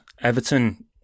Everton